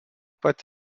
pat